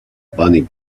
bunny